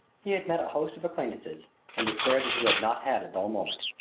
he had met a host of acquaintances and declared that he had not had a dull moment.